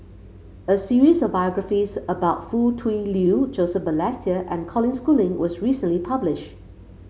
a series of biographies about Foo Tui Liew Joseph Balestier and Colin Schooling was recently publish